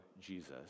Jesus